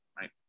right